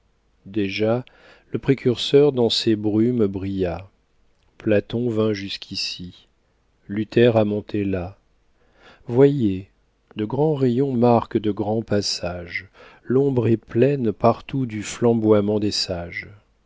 déjà le précurseur dans ces brumes brilla platon vint jusqu'ici luther a monté là voyez de grands rayons marquent de grands passages l'ombre est pleine partout du flamboiement des sages